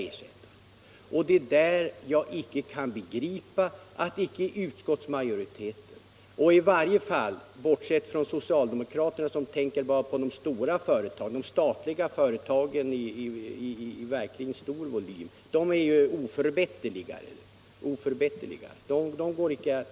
Jag kan icke begripa utskottsmajoritetens ställningstagande. Socialdemokraterna är ju oförbätterliga — de tänker på de verkligt stora företagen, de stora statliga företagen. - Med socialdemokraterna går det icke att resonera i det här fallet.